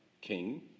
King